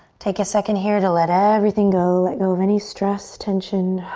take a second here to let everything go. let go of any stress, tension.